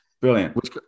Brilliant